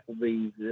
applebee's